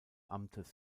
amtes